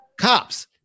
cops